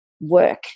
work